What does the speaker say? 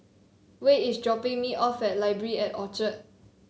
Wade is dropping me off at Library at Orchard